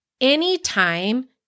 anytime